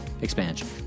expansion